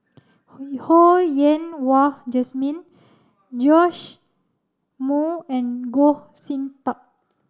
Ho Yen Wah Jesmine Joash Moo and Goh Sin Tub